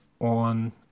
on